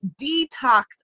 detox